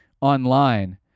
online